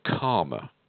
Karma